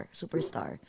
superstar